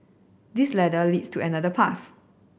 this ladder leads to another path